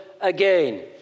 again